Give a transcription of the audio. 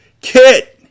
KIT